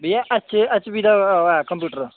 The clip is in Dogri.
भेइया ऐच पी दा ऐ कंप्यूटर